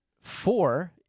four